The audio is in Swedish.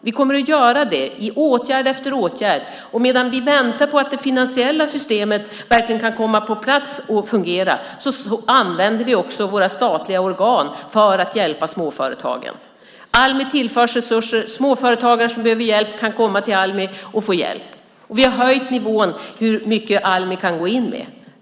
Vi kommer att göra det i åtgärd efter åtgärd, och medan vi väntar på att det finansiella systemet verkligen kan komma på plats och fungera använder vi våra statliga organ för att hjälpa småföretagen. Almi tillförs resurser, och småföretagare som behöver hjälp kan komma till Almi och få hjälp. Vi har höjt nivån för hur mycket Almi kan gå in med.